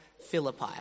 Philippi